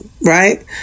right